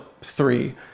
three